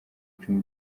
icumu